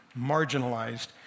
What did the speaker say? marginalized